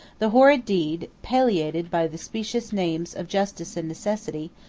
the horrid deed, palliated by the specious names of justice and necessity,